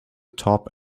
top